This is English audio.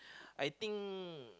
I think